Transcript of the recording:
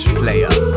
player